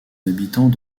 habitants